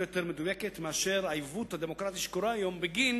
יותר מדויקת מאשר העיוות הדמוקרטי שקורה היום בגין